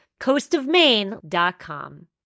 coastofmaine.com